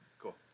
cool